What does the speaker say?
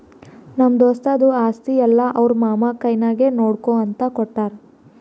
ನಮ್ಮ ದೋಸ್ತದು ಆಸ್ತಿ ಎಲ್ಲಾ ಅವ್ರ ಮಾಮಾ ಕೈನಾಗೆ ನೋಡ್ಕೋ ಅಂತ ಕೊಟ್ಟಾರ್